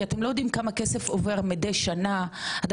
כי אתם לא יודעים כמה כסף עובר מידי שנה,